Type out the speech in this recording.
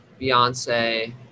Beyonce